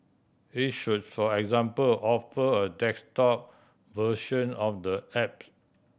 it should for example offer a desktop version of the app